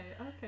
okay